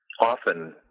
often